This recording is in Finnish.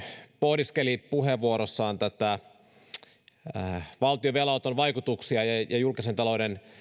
pohdiskeli puheenvuorossaan valtion velanoton vaikutuksia ja ja julkisen talouden